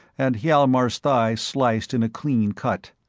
and hjalmar's thigh sliced in a clean cut.